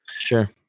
sure